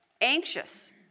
anxious